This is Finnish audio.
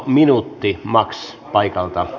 minuutti paikalta